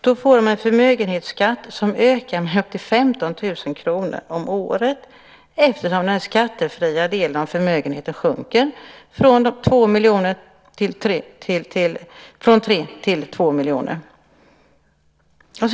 Då får de en förmögenhetsskatt som ökar med upp till 15 000 kr om året eftersom den skattefria delen av förmögenheten sjunker från 3 till 2 miljoner.